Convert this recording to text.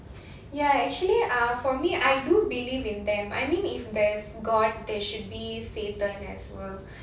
ya actually ah for me I do believe in them I mean if there's god there should be satan as well